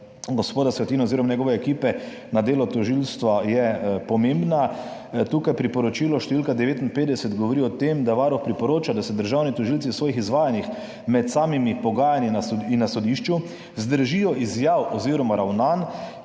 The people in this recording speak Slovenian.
gospoda Svetine oziroma njegove ekipe na delo tožilstva je pomemben. Tukaj priporočilo številka 59 govori o tem, da Varuh priporoča, da se državni tožilci v svojih izvajanjih med samimi pogajanji in na sodišču vzdržijo izjav oziroma ravnanj,